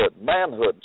manhood